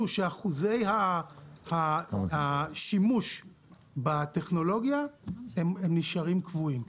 שאחוזי השימוש בטכנולוגיה נשארים קבועים.